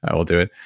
will do it.